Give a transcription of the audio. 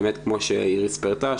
באמת כמו שאיריס פירטה,